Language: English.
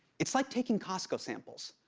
it's like taking costco samples.